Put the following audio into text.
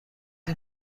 این